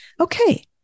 Okay